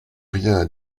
rien